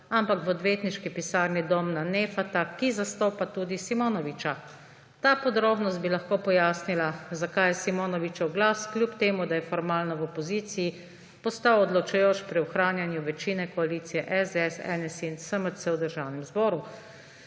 ampak v odvetniški pisarni Domna Neffata, ki zastopa tudi Simonoviča.« Ta podrobnost bi lahko pojasnila, zakaj je Simonovičev glas, čeprav je formalno v opoziciji, postal odločujoč pri ohranjanju večine koalicije SDS, NSi in SMC v Državnem zboru.